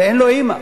ואין לו אמא.